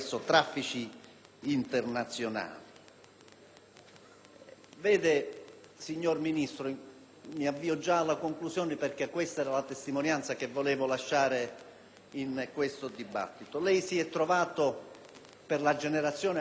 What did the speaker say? Vede, signor Ministro (e mi avvio già alla conclusione perché questa era la testimonianza che volevo lasciare nel dibattito), lei, per la generazione cui appartiene, si è trovato a vivere, probabilmente da studente,